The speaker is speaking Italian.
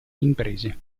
imprese